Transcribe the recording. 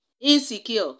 insecure